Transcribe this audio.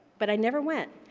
but i never went.